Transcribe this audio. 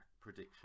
prediction